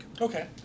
Okay